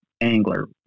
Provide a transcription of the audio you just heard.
angler